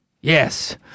Yes